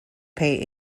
pay